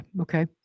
Okay